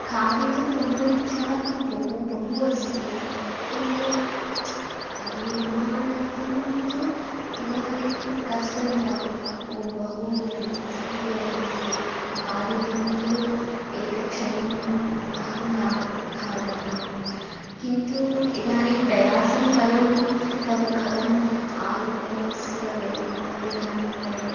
खादितुं बहु इच्छा तु बहु बहु अस्ति किन्तु निर्माणं तु इदानीं कष्टं जातम् ओ बहु कठिनमस्ति खादितुं तु एकक्षणम् अहं किं खादामि किन्तु इदानीं प्रयासं करोमि तद् कथम् आलुकस्य व्य व्यञ्जनानि कर्तुं